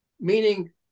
Meaning